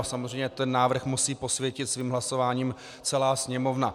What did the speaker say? Samozřejmě ten návrh musí posvětit svým hlasováním celá Sněmovna.